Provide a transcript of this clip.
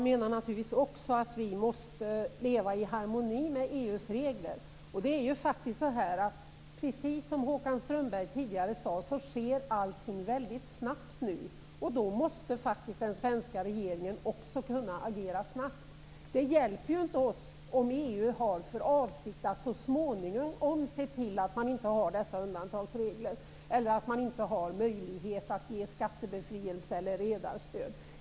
Herr talman! Vi måste leva i harmoni med EU:s regler. Precis som Håkan Strömberg tidigare sade sker allt snabbt. Då måste också den svenska regeringen kunna agera snabbt. Det hjälper inte oss om EU har för avsikt att så småningom se till att dessa undantagsregler inte finns eller att det inte finns möjlighet att ge skattebefrielse eller redarstöd.